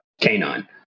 canine